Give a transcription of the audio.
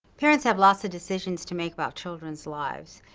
parents have lots of decisions to make about children's lives.